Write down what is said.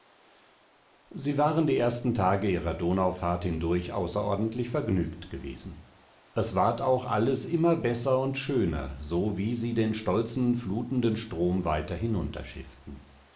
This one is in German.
sie waren die ersten tage ihrer donaufahrt hindurch außerordentlich vergnügt gewesen es ward auch alles immer besser und schöner so wie sie den stolzen flutenden strom weiter